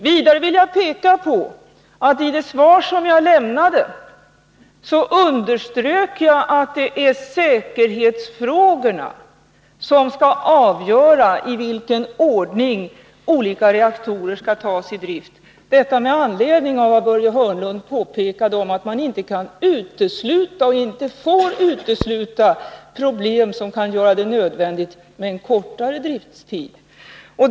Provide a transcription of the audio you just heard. Vidare vill jag peka på att i det svar som jag lämnade underströk jag att det är säkerhetsfrågorna som skall avgöra i vilken ordning olika reaktorer tas ur drift, detta med anledning av vad Börje Hörnlund påpekade om att man inte kan utesluta och inte får utesluta problem som kan göra det nödvändigt med en kortare driftstid.